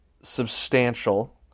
substantial